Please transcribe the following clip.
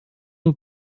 new